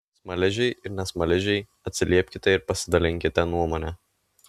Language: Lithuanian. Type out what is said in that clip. smaližiai ir ne smaližiai atsiliepkite ir pasidalinkite nuomone